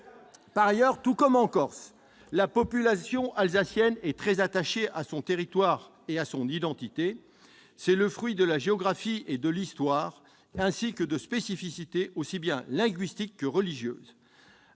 Et voilà ! Tout comme les Corses, la population alsacienne est très attachée à son territoire et à son identité. C'est le fruit de la géographie, de l'histoire et de spécificités aussi bien linguistiques que religieuses.